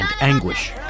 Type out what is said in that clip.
anguish